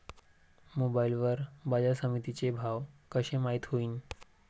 Mobile वर बाजारसमिती चे भाव कशे माईत होईन?